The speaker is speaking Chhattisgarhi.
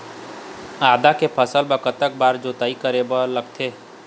आदा के फसल बर कतक बार जोताई करे बर लगथे?